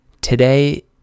Today